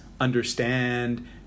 understand